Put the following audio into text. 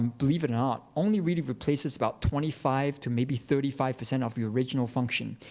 um believe it or not, only really replaces about twenty five to maybe thirty five percent of your original function.